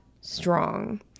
strong